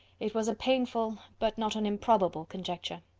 it was a painful, but not an improbable, conjecture.